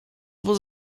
was